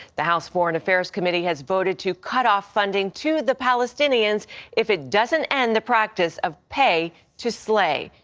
the house foreign affairs committee has voted to cut off funding to the palestinians if it doesn't end the practice of pay to slay.